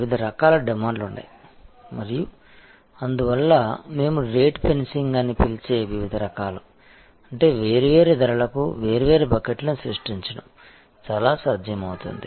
వివిధ రకాల డిమాండ్లు ఉన్నాయి మరియు అందువల్ల మేము రేటు ఫెన్సింగ్ అని పిలిచే వివిధ రకాలు అంటే వేర్వేరు ధరలకు వేర్వేరు బకెట్లను సృష్టించడం చాలా సాధ్యమవుతుంది